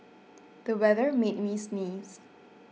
the weather made me sneeze